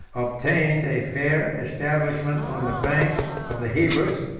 obtained a fair establishment on the banks of the hebrus,